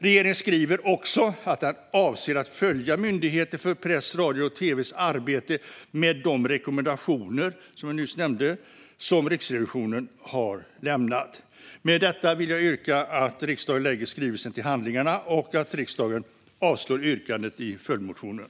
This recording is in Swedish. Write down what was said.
Regeringen skriver att den avser att följa Myndigheten för press, radio och tv:s arbete med de rekommendationer som Riksrevisionen har lämnat. Med detta yrkar jag att riksdagen lägger skrivelsen till handlingarna och avslår yrkandet i följdmotionen.